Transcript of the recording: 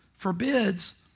Forbids